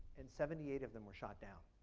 and seventy eight of them were shot down.